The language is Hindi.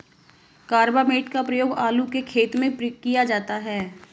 कार्बामेट का प्रयोग आलू के खेत में किया जाता है